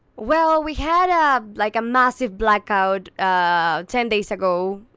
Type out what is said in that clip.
well, we had, ah like, a massive blackout ah ten days ago.